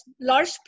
large